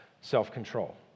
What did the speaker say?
self-control